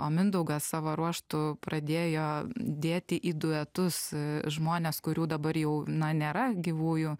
o mindaugas savo ruožtu pradėjo dėti į duetus žmones kurių dabar jau na nėra gyvųjų